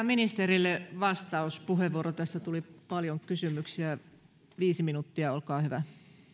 ministerille vastauspuheenvuoro tässä tuli paljon kysymyksiä viisi minuuttia olkaa hyvä